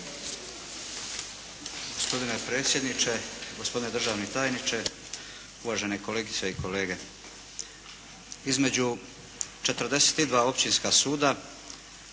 Gospodine predsjedniče, gospodine državni tajniče, uvažene kolegice i kolege. Između 42 općinska suda